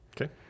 Okay